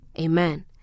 Amen